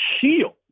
shield